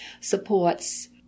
supports